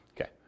Okay